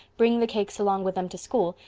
bring the cakes along with them to school,